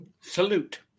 Salute